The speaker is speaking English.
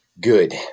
good